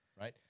right